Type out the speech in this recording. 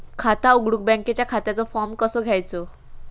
खाता उघडुक बँकेच्या खात्याचो फार्म कसो घ्यायचो?